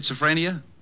schizophrenia